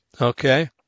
Okay